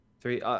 Three